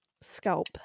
scalp